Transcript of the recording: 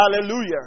Hallelujah